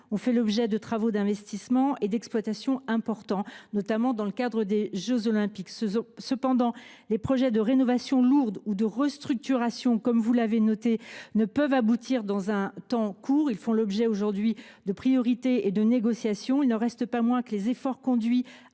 ont fait l’objet d’importants travaux d’investissement et d’exploitation, notamment dans le cadre des jeux Olympiques. Cependant, les projets de rénovation lourde ou de restructuration, comme vous l’avez noté, ne peuvent aboutir dans un temps court. Ils font l’objet aujourd’hui de négociations pour définir les priorités. Il n’en reste pas moins que les efforts conduits